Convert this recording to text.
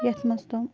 یَتھ منٛز تِم